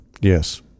Yes